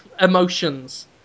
emotions